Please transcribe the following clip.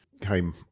came